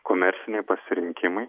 komerciniai pasirinkimai